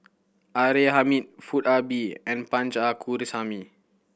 R A Hamid Foo Ah Bee and Punch Coomaraswamy